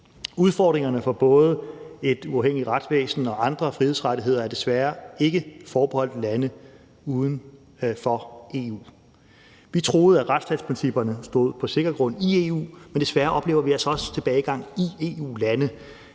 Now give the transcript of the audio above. Udfordringerne for både et uafhængigt retsvæsen og andre frihedsrettigheder er desværre ikke forbeholdt lande uden for EU. Vi troede, at retsstatsprincipperne stod på sikker grund i EU, men desværre oplever vi altså også tilbagegang i EU-lande,